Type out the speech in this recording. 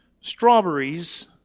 Strawberries